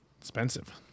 Expensive